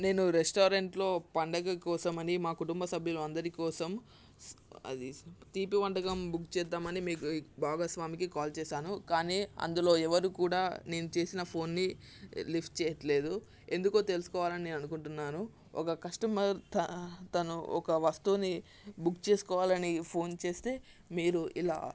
నేను రెస్టారెంట్లో పండుగ కోసమని మా కుటుంబ సభ్యులందరికోసం తీపివంటకం బుక్ చేద్దామని మీకు భాగస్వామికి కాల్ చేశాను కానీ అందులో ఎవరు కూడా నేను చేసిన ఫోన్ని లిఫ్ట్ చేయట్లేదు ఎందుకో తెలుసుకోవాలని నేను అనుకుంటున్నాను ఒక కస్టమర్ తను ఒక వస్తువుని బుక్ చేసుకోవాలని ఫోన్ చేస్తే మీరు ఇలా